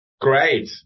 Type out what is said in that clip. Great